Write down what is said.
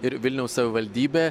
ir vilniaus savivaldybė